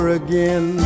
again